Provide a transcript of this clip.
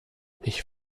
ich